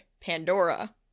Pandora